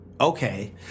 okay